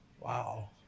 Wow